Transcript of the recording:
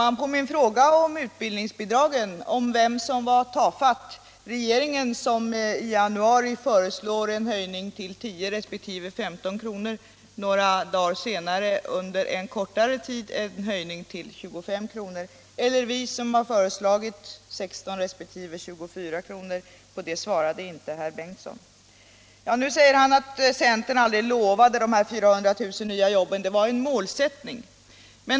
Nu säger han att centern aldrig lovade de här 400 000 nya jobben utan att det var en målsättning.